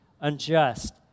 unjust